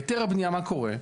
בהיתר הבנייה מה קורה?